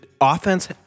offense